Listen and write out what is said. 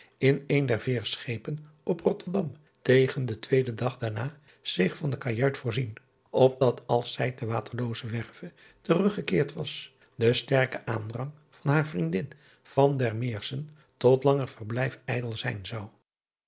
in een der eerschepen op otterdam tegen den tweeden dag daarna zich van de kajuit voorzien opdat als zij te aterloozewerve teruggekeerd was de sterke aandrang van hare vriendin tot langer verblijf ijdel zijn zou